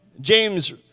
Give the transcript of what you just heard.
James